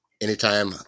anytime